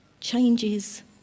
changes